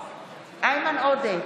איימן עודה,